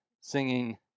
singing